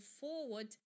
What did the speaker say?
forward